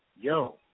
Yo